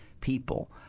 people